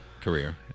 career